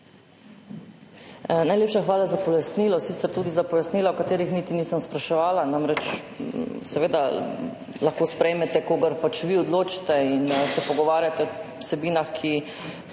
Najlepša hvala za pojasnilo. Sicer tudi za pojasnila, o katerih niti nisem spraševala. Namreč, seveda lahko sprejmete, kogar pač vi odločite, in se pogovarjate o vsebinah, ki si